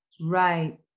Right